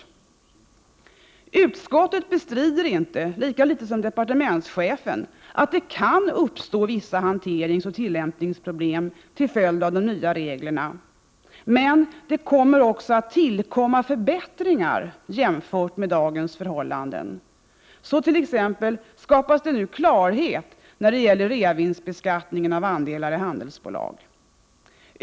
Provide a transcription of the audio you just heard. Utskottet bestrider inte, lika litet som departementschefen gör det, att det kan uppstå vissa hanteringsoch tillämpningsproblem till följd av de nya reglerna. Men det kommer också att tillkomma förbättringar jämfört med dagens förhållanden. Så skapas det t.ex. nu klarhet när det gäller reavinstbeskattningen av andelar i handelsbolag.